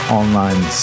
online